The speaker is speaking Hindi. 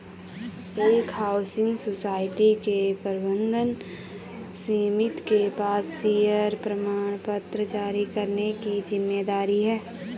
एक हाउसिंग सोसाइटी की प्रबंध समिति के पास शेयर प्रमाणपत्र जारी करने की जिम्मेदारी है